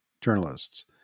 journalists